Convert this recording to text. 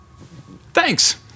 Thanks